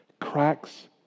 cracks